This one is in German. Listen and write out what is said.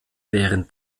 während